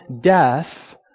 death